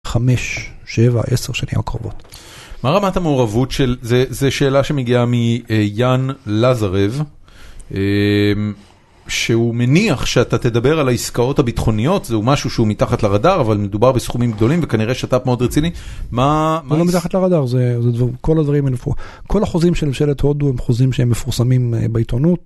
חמש, שבע, עשר שנים הקרובות. מה רמת המעורבות של, זה שאלה שמגיעה מיאן לזרב, שהוא מניח שאתה תדבר על העסקאות הביטחוניות, זהו משהו שהוא מתחת לרדאר, אבל מדובר בסכומים גדולים, וכנראה שת"פ מאוד רציני, מה... הוא לא מתחת לרדאר, זה דבר, כל הדברים הם... כל החוזים של ממשלת הודו הם חוזים שהם מפורסמים בעיתונות.